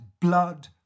blood